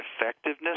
effectiveness